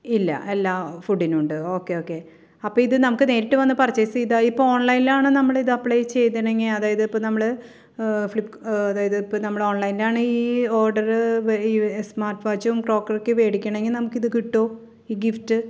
ഇല്ല എല്ലാ ഫുഡിനും ഉണ്ട് ഓക്കെ ഓക്കെ അപ്പോൾ ഇത് നമുക്ക് നേരിട്ട് വന്ന് പർച്ചെയ്സ് ചെയ്താൽ ഇപ്പോൾ ഓൺലൈനിലാണ് നമ്മളിത് അപ്ലൈ ചെയ്തത് എങ്കിൽ അതായത് ഇപ്പോൾ നമ്മൾ അതായത് ഇപ്പോൾ നമ്മൾ ഓൺലൈനിൽ ആണെങ്കിൽ ഓർഡർ സ്മാർട്ട് വാച്ചും കോക്കറിക്കും വേടിക്കുകയാണെങ്കിൽ നമുക്കിത് കിട്ടുമോ ഈ ഗിഫ്റ്റ്